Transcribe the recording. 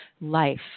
life